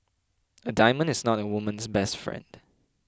a diamond is not a woman's best friend